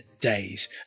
days